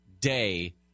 day